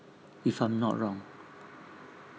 if I'm not wrong